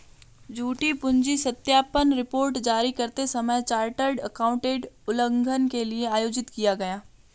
झूठी पूंजी सत्यापन रिपोर्ट जारी करते समय चार्टर्ड एकाउंटेंट उल्लंघन के लिए आयोजित किया गया